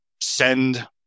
send